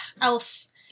else